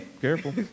careful